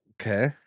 Okay